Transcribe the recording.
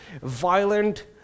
violent